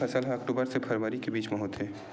रबी फसल हा अक्टूबर से फ़रवरी के बिच में होथे